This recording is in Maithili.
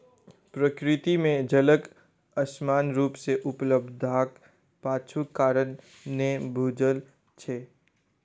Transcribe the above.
प्रकृति मे जलक असमान रूप सॅ उपलब्धताक पाछूक कारण नै बूझल छै